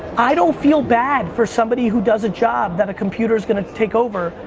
i don't feel bad for somebody who does a job that a computer is gonna take over.